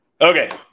Okay